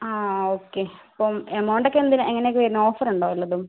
ആ ഓക്കെ അപ്പം എമൗണ്ട് ഒക്കെ എന്തിന് എങ്ങനെയൊക്കെയാണ് വരുന്നത് ഓഫർ ഉണ്ടോ വല്ലതും